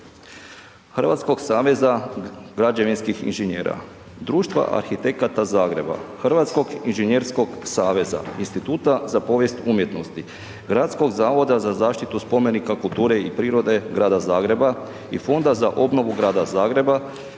Hrvatskog saveza građevinskih inženjera, Društva arhitekata Zagreba, Hrvatskog inženjerskog saveza, Instituta za povijest umjetnosti, Gradskog zavoda za zaštitu spomenika kulture i prirode Grada Zagreba i Fonda za obnovu Grada Zagreba,